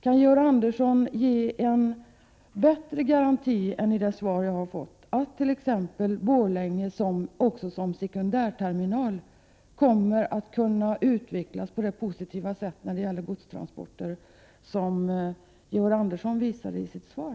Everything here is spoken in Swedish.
Kan Georg Andersson ge en bättre garanti än den som ges i svaret, t.ex. att Borlänge också som sekundärterminal kommer att kunna utvecklas på det positiva sätt när det gäller godstransporter som Georg Andersson talade om i sitt svar?